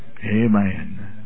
Amen